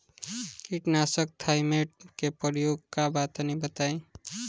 कीटनाशक थाइमेट के प्रयोग का बा तनि बताई?